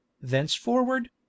thenceforward